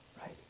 Right